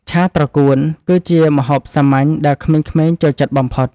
ឆាត្រកួន គឺជាម្ហូបសាមញ្ញដែលក្មេងៗចូលចិត្តបំផុត។